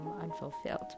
unfulfilled